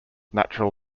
natural